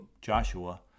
joshua